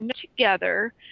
together